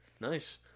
Nice